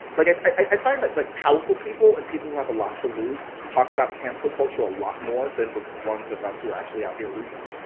like, i find that, like, powerful people and people who have a lot to lose talk about cancel culture a lot more than the ones of us who are actually out here losing